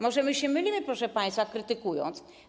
Może my się mylimy, proszę państwa, krytykując?